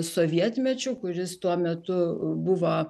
sovietmečiu kuris tuo metu buvo